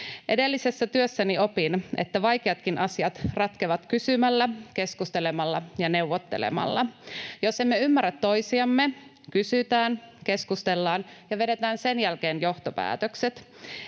Edellisessä työssäni opin, että vaikeatkin asiat ratkeavat kysymällä, keskustelemalla ja neuvottelemalla. Jos emme ymmärrä toisiamme, kysytään, keskustellaan ja vedetään sen jälkeen johtopäätökset